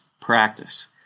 practice